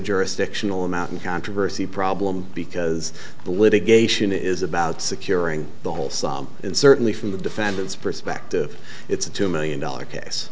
jurisdictional amount of controversy problem because the litigation is about securing the holes and certainly from the defendant's perspective it's a two million dollar case